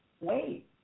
wait